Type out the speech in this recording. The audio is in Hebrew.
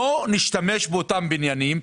בואו נשתמש באותם בניינים.